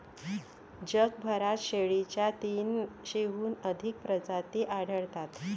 जगभरात शेळीच्या तीनशेहून अधिक प्रजाती आढळतात